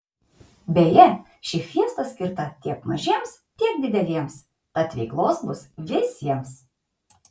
beje ši fiesta skirta tiek mažiems tiek dideliems tad veiklos bus visiems